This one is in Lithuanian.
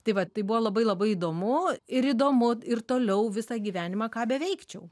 tai va tai buvo labai labai įdomu ir įdomu ir toliau visą gyvenimą ką beveikčiau